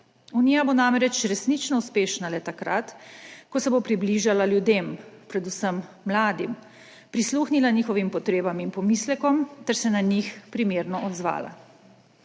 Unija bo namreč resnično uspešna le takrat, ko se bo približala ljudem, predvsem mladim, prisluhnila njihovim potrebam in pomislekom ter se na njih primerno odzvala.